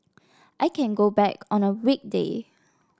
I can go back on a weekday